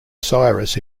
cyrus